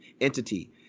entity